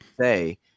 say